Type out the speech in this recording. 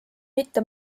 mitte